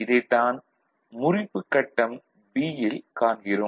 இதைத் தான் முறிப்புக் கட்டம் B யில் காண்கிறோம்